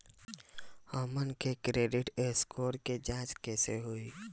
हमन के credit score के जांच कैसे होइ?